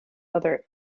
other